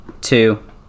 two